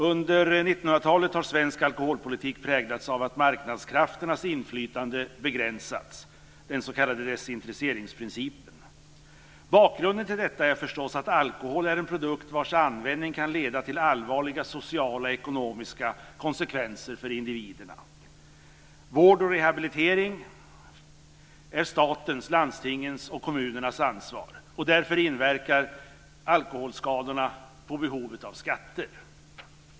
Under 1900-talet har svensk alkoholpolitik präglats av att marknadskrafternas inflytande begränsats, den s.k. desintresseringsprincipen. Bakgrunden till detta är förstås att alkohol är en produkt vars användning kan leda till allvarliga sociala och ekonomiska konsekvenser för individerna. Vård och rehabilitering är statens, landstingens och kommunernas ansvar. Därför inverkar alkoholskadorna på behovet av skatter.